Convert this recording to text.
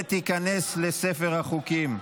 ותיכנס לספר החוקים.